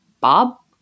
Bob